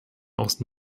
aus